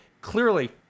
clearly